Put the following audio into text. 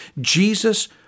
Jesus